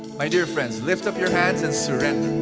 my dear friends, lift up your hands and surrender.